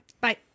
Bye